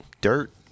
dirt